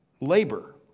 labor